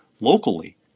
locally